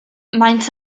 maent